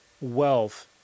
wealth